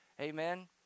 amen